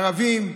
ערבים,